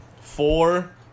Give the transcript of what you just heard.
Four